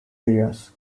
areas